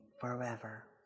forever